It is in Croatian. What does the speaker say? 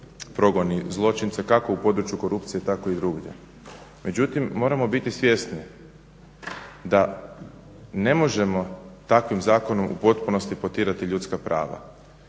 progoni zločince kako u području korupcije tako i drugdje. Međutim, moramo biti svjesni da ne možemo takvim zakonom u potpunosti potirati ljudska prava.